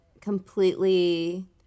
completely